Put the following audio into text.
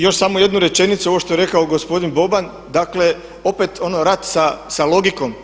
Još samo jednu rečenicu, ovo što je rekao gospodin Boban, dakle opet ono rat sa logikom.